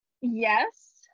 Yes